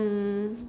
mm